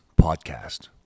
podcast